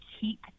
keep